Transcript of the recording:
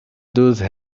those